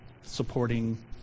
supporting